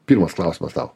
pirmas klausimas sau